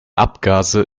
abgase